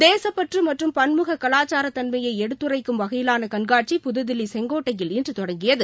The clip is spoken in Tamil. தேசப்பற்று மற்றும் பன்முக கலாச்சார தன்மையை எடுத்துரைக்கும் வகையிலான கண்காட்சி புதுதில்லி செங்கோட்டையில் இன்று தொடங்கியது